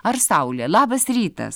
ar saulė labas rytas ją